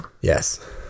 yes